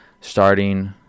starting